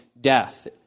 death